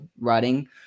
writing